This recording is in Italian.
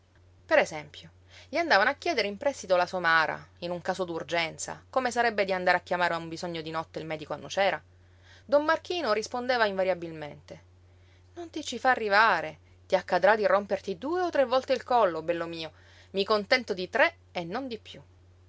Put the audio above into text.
per esempio gli andavano a chiedere in prestito la somara in un caso d'urgenza come sarebbe di andare a chiamare a un bisogno di notte il medico a nocera don marchino rispondeva invariabilmente non ti ci fa arrivare ti accadrà di romperti due o tre volte il collo bello mio mi contento di tre e non di piú